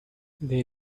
they